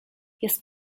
jest